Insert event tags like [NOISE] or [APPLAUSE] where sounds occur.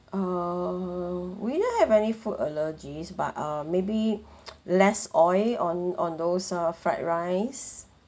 err we don't have any food allergies but uh maybe [NOISE] less oil on on those uh fried rice